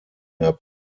der